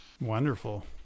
Wonderful